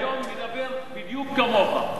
שהיום מדבר בדיוק כמוך.